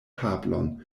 tablon